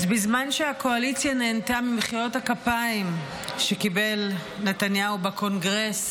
אז בזמן שהקואליציה נהנתה ממחיאות הכפיים שקיבל נתניהו בקונגרס,